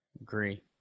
agree